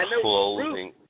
closing